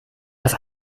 das